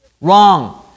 Wrong